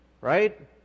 right